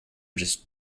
just